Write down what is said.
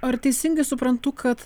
ar teisingai suprantu kad